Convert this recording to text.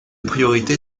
priorité